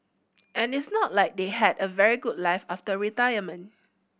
and it's not like they had a very good life after retirement